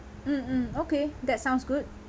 mm mm okay that sounds good